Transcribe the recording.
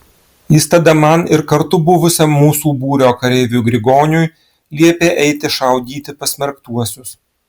jis tada man ir kartu buvusiam mūsų būrio kareiviui grigoniui liepė eiti šaudyti pasmerktuosius